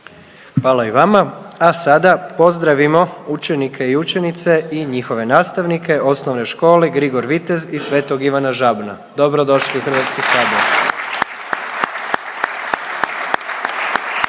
Hvala i vama. A sada pozdravimo učenike i učenice i njihove nastavnike OŠ „Grigor Vitez“ iz Svetog Ivana Žabna. Dobrodošli u HS! …/Pljesak./….